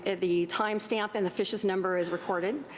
ah the time stamp and the fishis number is recorded.